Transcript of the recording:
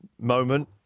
moment